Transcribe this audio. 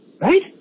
Right